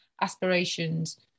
aspirations